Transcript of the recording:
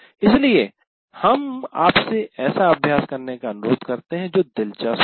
इसलिए हम आपसे एक ऐसा अभ्यास करने का अनुरोध करते हैं जो दिलचस्प हो